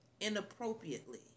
inappropriately